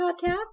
podcast